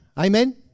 Amen